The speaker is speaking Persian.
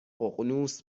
ققنوس